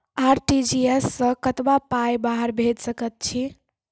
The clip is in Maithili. आर.टी.जी.एस सअ कतबा पाय बाहर भेज सकैत छी?